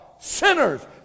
Sinners